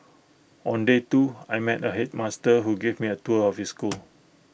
on day two I met A headmaster who gave me A tour of his school